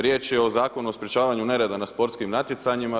Riječ je o Zakonu o sprečavanju nereda na sportskim natjecanjima.